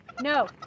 no